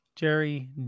Jerry